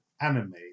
anime